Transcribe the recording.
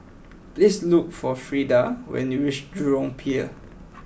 please look for Freida when you reach Jurong Pier